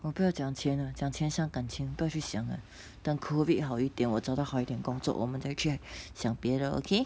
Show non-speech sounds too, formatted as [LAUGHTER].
我不要讲钱 ah 讲钱伤感情不要去想了等 COVID 好一点我找到好一点的工作我们再去 [BREATH] 想别的 okay